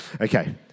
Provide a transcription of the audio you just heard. Okay